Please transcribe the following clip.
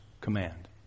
command